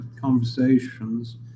conversations